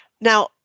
Now